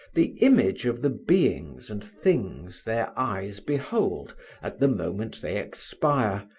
the image of the beings and things their eyes behold at the moment they expire,